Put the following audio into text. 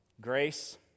Grace